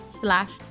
slash